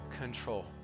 control